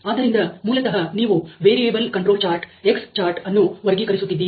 ಆದ್ದರಿಂದ ಮೂಲತಃ ನೀವು variable control chart X chart ಅನ್ನು ವರ್ಗೀಕರಿಸುತ್ತಿದ್ದೀರಿ